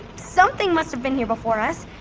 something must have been here before us.